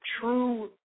true